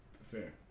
fair